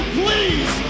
please